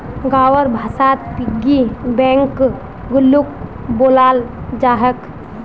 गाँउर भाषात पिग्गी बैंकक गुल्लको बोलाल जा छेक